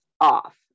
off